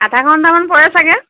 আধা ঘণ্টামান পৰে চাগে